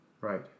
Right